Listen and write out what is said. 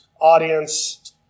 audience